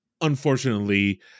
unfortunately